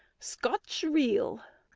scotch reel.